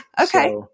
Okay